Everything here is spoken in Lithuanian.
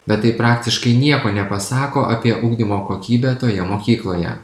bet tai praktiškai nieko nepasako apie ugdymo kokybę toje mokykloje